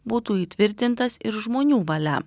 būtų įtvirtintas ir žmonių valia